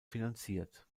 finanziert